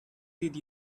did